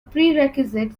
prerequisite